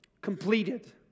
Completed